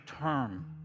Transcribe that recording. term